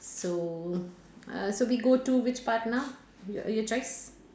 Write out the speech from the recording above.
so uh so we go to which part now yo~ your choice